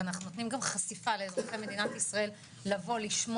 ונותנים חשיפה לאזרחי מדינת ישראל לשמוע,